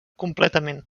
completament